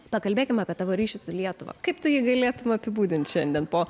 pakalbėkim apie tavo ryšį su lietuva kaip tu jį galėtum apibūdint šiandien po